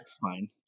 fine